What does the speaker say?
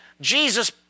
Jesus